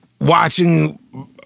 watching